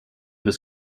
his